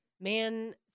Man